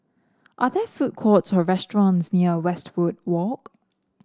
are there food courts or restaurants near Westwood Walk